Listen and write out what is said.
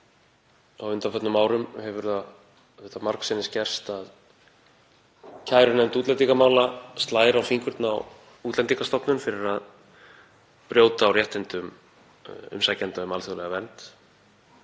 Á undanförnum árum hefur það margsinnis gerst að kærunefnd útlendingamála slær á fingur Útlendingastofnunar fyrir að brjóta á réttindum umsækjenda um alþjóðlega vernd.